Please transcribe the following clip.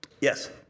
Yes